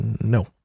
No